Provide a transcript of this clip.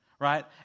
right